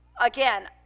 Again